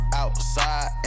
outside